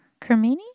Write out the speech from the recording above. Cremini